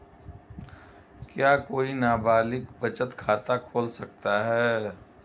क्या कोई नाबालिग बचत खाता खोल सकता है?